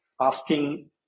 asking